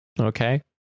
okay